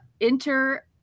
enter